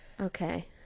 Okay